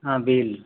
ହଁ ବିଲ